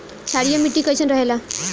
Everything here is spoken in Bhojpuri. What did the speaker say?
क्षारीय मिट्टी कईसन रहेला?